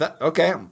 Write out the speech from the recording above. Okay